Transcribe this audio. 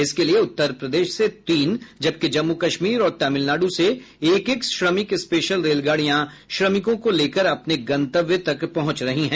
इसके लिये उत्तर प्रदेश से तीन जबकि जम्मू कश्मीर और तमिलनाडु से एक एक श्रमिक स्पेशल रेलगाड़ियां श्रमिकों को लेकर अपने गंतव्य तक पहुंच रही हैं